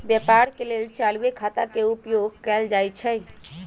व्यापार के लेल चालूये खता के उपयोग कएल जाइ छइ